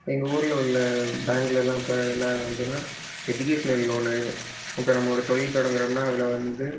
எங்கள் ஊரில் உள்ள பேங்க்லெலாம் இப்போ என்ன வந்துன்னால் எஜிகேஷ்னல் லோனு இப்போ நம்ம ஒரு தொழில் தொடங்கிறோம்னா அதில் வந்து